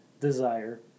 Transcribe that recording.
desire